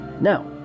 Now